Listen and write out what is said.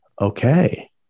okay